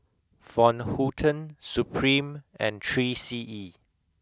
Van Houten Supreme and three C E